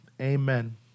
Amen